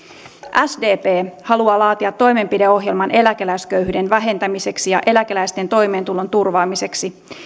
sdp haluaa laatia toimenpideohjelman eläkeläisköyhyyden vähentämiseksi ja eläkeläisten toimeentulon turvaamiseksi